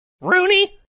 Rooney